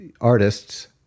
artists